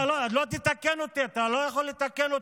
אתה לא תתקן אותי, אתה לא יכול לתקן אותי.